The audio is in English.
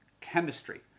chemistry